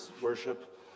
worship